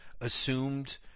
assumed